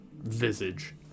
visage